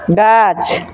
गाछ